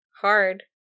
hard